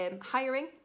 hiring